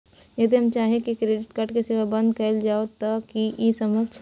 यदि हम चाही की क्रेडिट कार्ड के सेवा बंद कैल जाऊ त की इ संभव छै?